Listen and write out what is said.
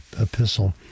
epistle